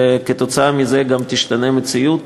וכתוצאה מזה גם תשתנה המציאות